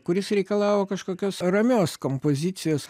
kuris reikalavo kažkokios ramios kompozicijos